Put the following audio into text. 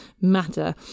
matter